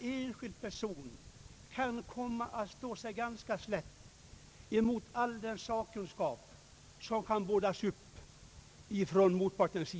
enskild person kan då komma att stå sig ganska slätt mot all den sakkunskap som kan uppbådas av motparten.